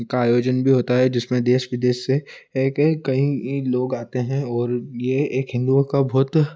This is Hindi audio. का आयोजन भी होता है जिसमें देश विदेश से कई कहीं ई लोग आते हैं और यह एक हिन्दुओं का बहुत